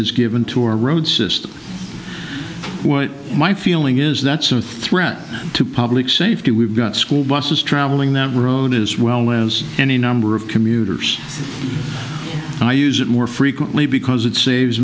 is given to a road system what my feeling is that's a threat to public safety we've got school buses travelling that road as well as any number of commuters i use it more frequently because it saves